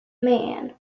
man